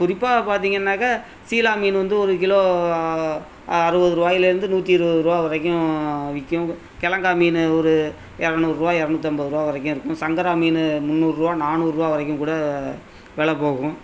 குறிப்பாக பார்த்தீங்கன்னாக்க சீலா மீன் வந்து ஒரு கிலோ அறுபதுருவாய்லேருந்து நூற்றி இருபது ருவா வரைக்கும் விற்கும் கிலங்கா மீன் ஒரு இரநூறுவா இரநூத்து ஐம்பதுருவா வரைக்கும் இருக்கும் சங்கரா மீன் முந்நூறுரூவா நானூரூவா வரைக்கும் கூட வில போகும்